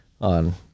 on